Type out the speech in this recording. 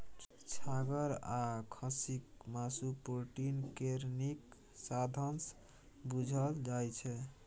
छागर आ खस्सीक मासु प्रोटीन केर नीक साधंश बुझल जाइ छै